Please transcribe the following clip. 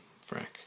Frank